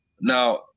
Now